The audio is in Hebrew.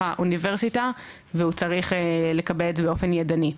האוניברסיטה והוא צריך לקבל את זה באופן ידני.